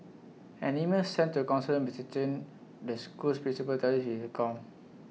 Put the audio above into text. an email sent to counsellor Mister Chen the school's principal tallies with this account